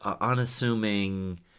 unassuming